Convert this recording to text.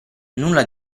nulla